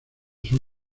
son